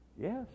Yes